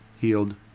healed